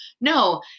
no